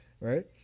right